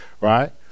right